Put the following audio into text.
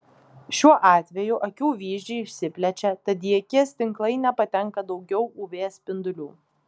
šiuo atveju akių vyzdžiai išsiplečia tad į akies tinklainę patenka daugiau uv spindulių